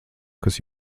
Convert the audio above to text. kas